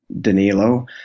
Danilo